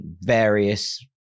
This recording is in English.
various